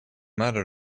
matter